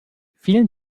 vielen